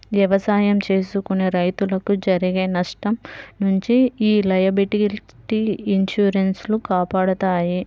ఎవసాయం చేసుకునే రైతులకు జరిగే నష్టం నుంచి యీ లయబిలిటీ ఇన్సూరెన్స్ లు కాపాడతాయి